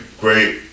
great